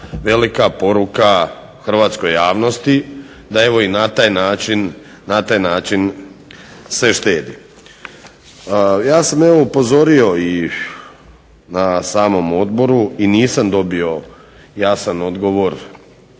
velika poruka hrvatskoj javnosti da se i na taj način štedi. Ja sam upozorio i na samom odboru i nisam dobio jasan odgovor.